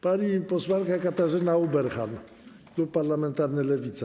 Pani posłanka Katarzyna Ueberhan, klub parlamentarny Lewica.